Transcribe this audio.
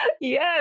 Yes